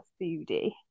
foodie